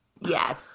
Yes